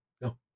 no